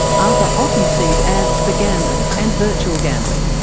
arthur often sees ads for gambling and virtual gambling,